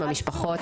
המשפחות,